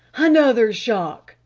another shock!